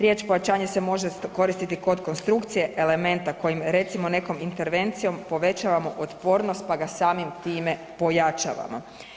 Riječ pojačanje se može koristiti kod konstrukcije elementa kojim recimo nekom intervencijom povećavamo otpornost pa ga samim time pojačavamo.